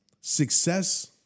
success